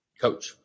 Coach